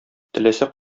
теләсә